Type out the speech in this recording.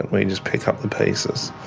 we just pick up the pieces.